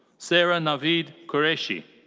sarah naveed qureishi.